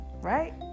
right